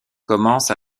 commence